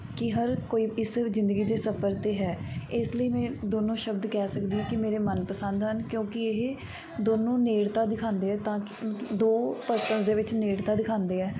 ਕਿ ਹਰ ਕੋਈ ਇਸ ਜ਼ਿੰਦਗੀ ਦੇ ਸਫਰ 'ਤੇ ਹੈ ਇਸ ਲਈ ਮੈਂ ਦੋਨੋਂ ਸ਼ਬਦ ਕਹਿ ਸਕਦੀ ਹਾਂ ਕਿ ਮੇਰੇ ਮਨਪਸੰਦ ਹਨ ਕਿਉਂਕਿ ਇਹ ਦੋਨੋਂ ਨੇੜਤਾ ਦਿਖਾਉਂਦੇ ਹੈ ਤਾਂ ਕਿ ਦੋ ਪਰਸਨਸ ਦੇ ਵਿੱਚ ਨੇੜਤਾ ਦਿਖਾਉਂਦੇ ਹੈ